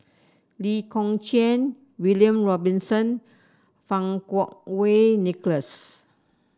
Lee Kong Chian William Robinson Fang Kuo Wei Nicholas